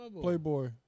Playboy